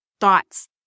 thoughts